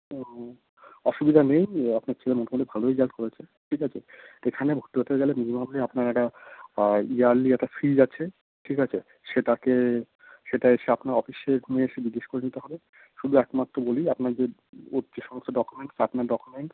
অসুবিধা নেই আপনার ছেলে মোটামুটি ভালোই রেজাল্ট করেছে ঠিক আছে এখানে ভর্তি হতে গেলে মিনিমাম আপনার একটা ইয়ার্লি একটা ফিজ আছে ঠিক আছে সেটাকে সেটা এসে আপনার অফিসে এখুনি এসে জিজ্ঞেস করে নিতে হবে শুধু একমাত্র বলি আপনার যে ওর যে সমস্ত ডকুমেন্টস আপনার ডকুমেন্টস